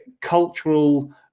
cultural